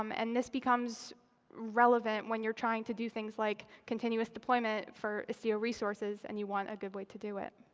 um and this becomes relevant when you're trying to do things like continuous deployment for istio resources, and you want a good way to do it.